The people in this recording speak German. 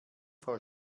frau